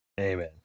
Amen